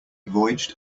voyaged